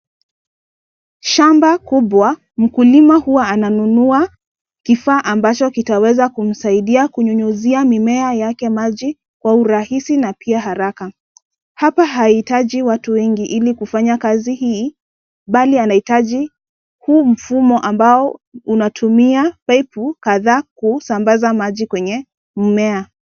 Shamba kubwa. Mkulima huwa ananunua kifaa ambacho kitaweza kumsaidia kunyunyuzia mimea yake maji kwa urahisi na pia haraka. Hapa hahitaji watu wengi ilikufanya kazi hii, bali anahitaji huu mfumo ambao unatumia paipu kadhaa kusambaza maji kwenye mmea.